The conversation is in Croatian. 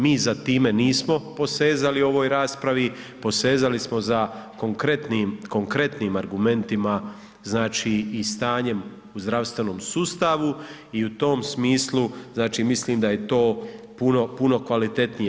Mi za time nismo posezali u ovoj raspravi, posezali smo za konkretnim, konkretnim argumentima znači i stanjem u zdravstvenom sustavu i u tom smislu značim mislim da je to puno kvalitetnije.